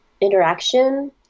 interaction